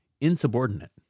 insubordinate